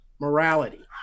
morality